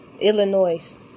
Illinois